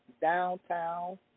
downtown